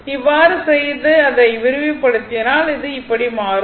இவ்வாறு செய்து அதை விரிவுபடுத்தினால் அது இப்படி மாறும்